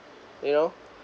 you know